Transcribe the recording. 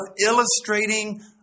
illustrating